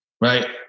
right